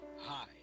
Hi